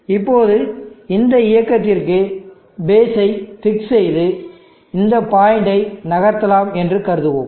இப்போது இந்த இயக்கத்திற்கு பேஸ் ஐ பிக்ஸ் செய்து இந்த பாயிண்டை நகர்த்தலாம் என்று கருதுவோம்